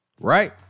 right